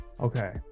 Okay